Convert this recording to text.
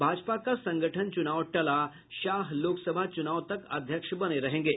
भाजपा का संगठन चुनाव टला शाह लोकसभा चुनाव तक अध्यक्ष बने रहेंगे